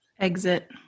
Exit